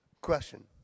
Question